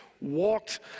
Walked